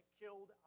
killed